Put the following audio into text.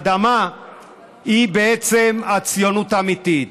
האדמה היא בעצם הציונות האמיתית.